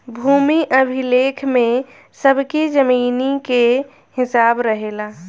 भूमि अभिलेख में सबकी जमीनी के हिसाब रहेला